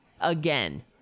again